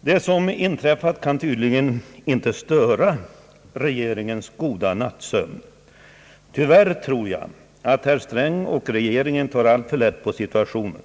Det som inträffat kan tydligen inte störa regeringens goda nattsömn. Tyvärr tror jag att herr Sträng och regeringen tar alltför lätt på situationen.